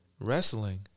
Wrestling